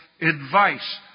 advice